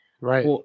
Right